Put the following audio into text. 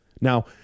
Now